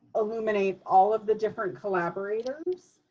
illuminate all of the different collaborators.